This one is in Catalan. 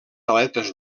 aletes